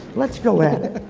let's go at it.